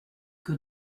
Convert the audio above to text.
que